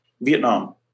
Vietnam